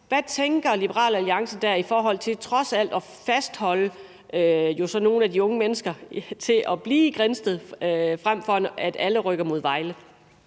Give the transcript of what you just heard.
Hvad tænker Liberal Alliance dér i forhold til trods alt at fastholde nogle af de unge mennesker i Grindsted, frem for at alle rykker mod Vejle?